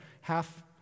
half